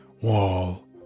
wall